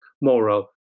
moral